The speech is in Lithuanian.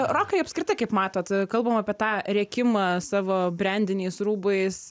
rokai apskritai kaip matot kalbam apie tą rėkimą savo brendiniais rūbais